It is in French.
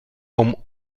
comme